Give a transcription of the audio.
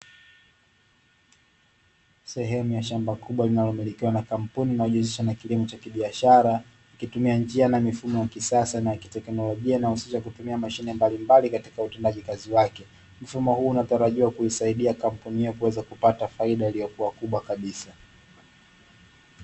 Sehemu ya shamba kubwa inayomilikiwa na kampuni, inayojihusisha na kilimo cha kibiashara ikitumia njia na mifumo ya kisasa na kiteknolojia inayohusisha kutumia mashine mbalimbali katika utendaji kazi wake. Mfumo huu unatarajia kuisaidia kampuni hiyo kuweza kupata faida iliyokuwa kubwa kabisa.